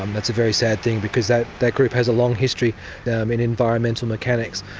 um that's a very sad thing because that that group has a long history in environmental mechanics,